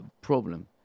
problem